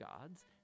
gods